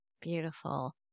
Beautiful